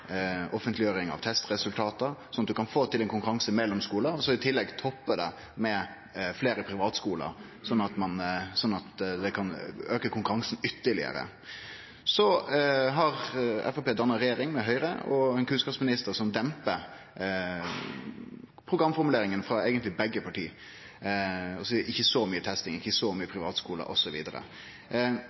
offentleggjering av testresultat, slik at ein kan få til konkurranse mellom skular, og i tillegg toppe det med fleire privatskular, slik at ein kan auke konkurransen ytterlegare. Framstegspartiet har danna regjering med Høgre, og vi har fått ein kunnskapsminister som dempar programformuleringane frå eigentleg begge partia. Det skal ikkje vere så mykje testing, ikkje så